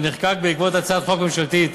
שנחקק בעקבות הצעת חוק ממשלתית,